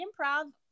improv